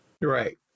Right